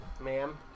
Ma'am